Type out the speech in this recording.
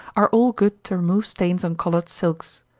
are all good to remove stains on colored silks.